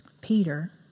Peter